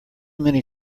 many